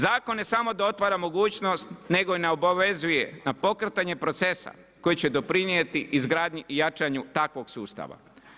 Zakone samo da otvara mogućnost, nego na obavezuje na pokretanje procesa, koji će doprinijeti izgradnji i jačanju takvog sustava.